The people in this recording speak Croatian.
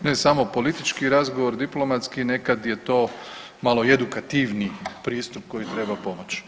ne samo politički razgovor, diplomatski, nekad je to malo i edukativni pristup koji treba pomoć.